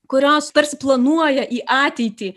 kurios tarsi planuoja į ateitį